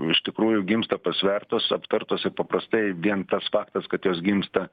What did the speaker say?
iš tikrųjų gimsta pasvertos aptartos ir paprastai vien tas faktas kad jos gimsta